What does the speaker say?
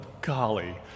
golly